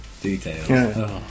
details